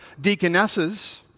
deaconesses